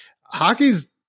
hockey's